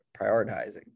prioritizing